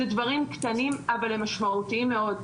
אלה דברים קטנים אבל הם משמעותיים מאוד.